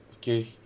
Okay